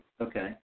Okay